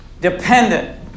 dependent